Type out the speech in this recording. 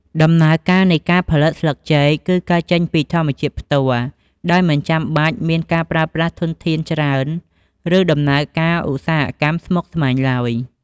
ដំណើរការនៃការផលិតស្លឹកចេកគឺកើតចេញពី ធម្មជាតិផ្ទាល់ ដោយមិនចាំបាច់មានការប្រើប្រាស់ធនធានច្រើន ឬដំណើរការឧស្សាហកម្មស្មុគស្មាញឡើយ។